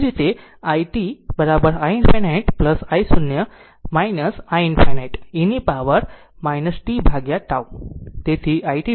તેવી જ રીતે i t i ∞ i 0 i ∞ e ની પાવર t ભાગ્યા ટાઉ